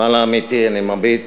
ואללה, עמיתי, אני מביט